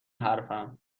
حرفم